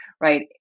right